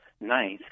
nice